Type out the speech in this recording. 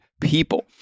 people